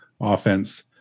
offense